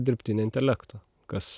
dirbtinio intelekto kas